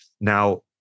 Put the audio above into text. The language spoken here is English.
Now